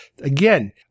again